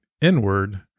inward